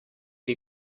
die